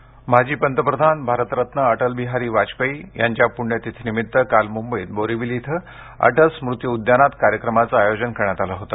वाजपेयी माजी पंतप्रधान भारतरत्न अटलबिहारी वाजपेयी यांच्या पुण्यतिथीनिमित्त काल मुंबईत बोरीवली इथं अटल स्मृती उद्यानात कार्यक्रमाचं आयोजन करण्यात आलं होत